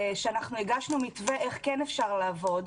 שאנחנו הגשנו מתווה איך כן אפשר לעבוד,